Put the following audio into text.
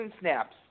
snaps